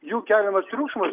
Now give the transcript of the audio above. jų keliamas triukšmas